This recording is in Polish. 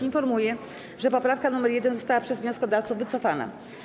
Informuję, że poprawka nr 1 została przez wnioskodawców wycofana.